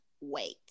wait